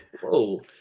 whoa